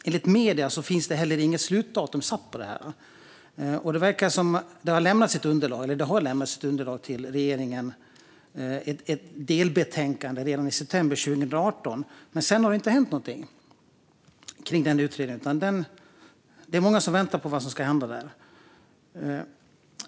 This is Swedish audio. Enligt medier finns det heller inget slutdatum satt för den. Det lämnades ett underlag till regeringen, ett delbetänkande, redan i september 2018, men sedan har det inte hänt någonting kring utredningen. Det är många som väntar på vad som ska hända där.